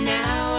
now